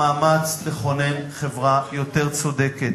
המאמץ לכונן חברה יותר צודקת,